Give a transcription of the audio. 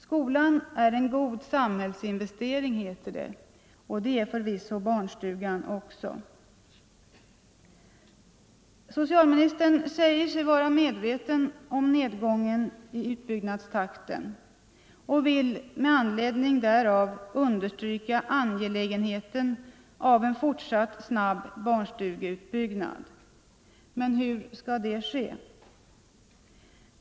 Skolan är en god samhällsinvestering, heter det, och det är förvisso barnstugan också. Socialministern säger sig vara medveten om nedgången i utbyggnadstakten och vill med anledning därav understryka angelägenheten av en fortsatt snabb barnstugeutbyggnad. Hur skall det ske?